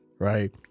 Right